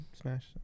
Smash